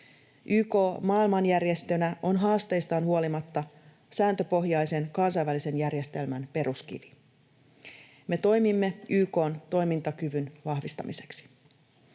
YK maailmanjärjestönä on haasteistaan huolimatta sääntöpohjaisen kansainvälisen järjestelmän peruskivi. Me toimimme YK:n toimintakyvyn vahvistamiseksi.